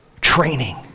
training